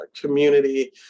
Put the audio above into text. community